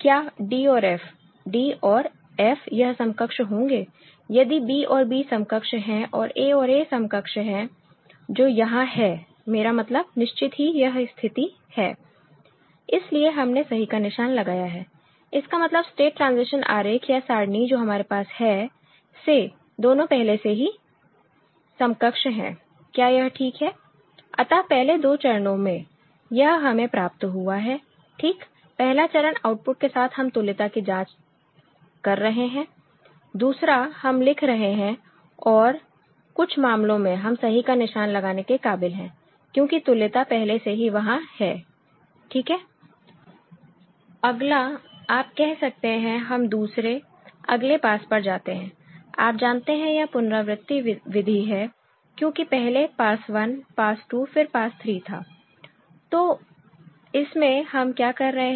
क्या d और f d और f यह समकक्ष होंगे यदि b और b समकक्ष है और a और a समकक्ष है जो यहां है मेरा मतलब निश्चित ही यह स्थिति है इसलिए हमने सही का निशान लगाया है इसका मतलब स्टेट ट्रांजिशन आरेख या सारणी जो हमारे पास है से दोनों पहले ही समकक्ष है क्या यह ठीक है अतः पहले दो चरणों में यह हमें प्राप्त हुआ है ठीक पहला चरण आउटपुट के साथ हम तुल्यता की जांच कर रहे हैं दूसरा हम लिख रहे हैं और कुछ मामलों में हम सही का निशान लगाने के काबिल है क्योंकि तुल्यता पहले से ही वहां है ठीक है अगला आप कह सकते हैं हम दूसरे अगले पास पर जाते हैं आप जानते हैं यह पुनरावृति विधि है क्योंकि पहले पास 1 पास 2 फिर पास 3 था तो इसमें हम क्या कर रहे हैं